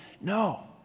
No